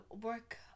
work